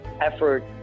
effort